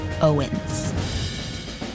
Owens